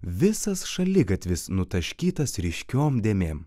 visas šaligatvis nutaškytas ryškiom dėmėm